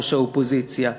ראש האופוזיציה,